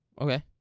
Okay